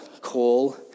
call